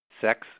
Sex